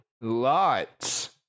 Lots